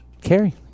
Carrie